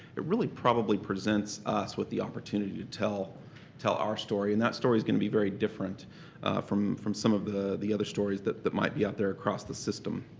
it really probably presents us with the opportunity to tell tell our story and that story is gonna be very different from from some of the the other stories that that might be out there across the system.